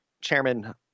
chairman